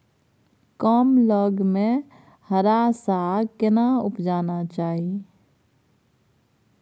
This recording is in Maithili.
कम लग में हरा साग केना उपजाना चाही?